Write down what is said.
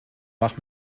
mach